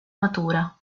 matura